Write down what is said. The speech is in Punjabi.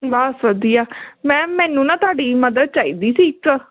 ਬਸ ਵਧੀਆ ਮੈਮ ਮੈਨੂੰ ਨਾ ਤੁਹਾਡੀ ਮਦਦ ਚਾਹੀਦੀ ਸੀ ਇੱਕ